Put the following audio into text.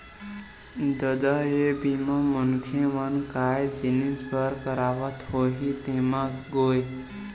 ददा ये बीमा मनखे मन काय जिनिय बर करवात होही तेमा गोय?